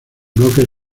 bloques